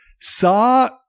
saw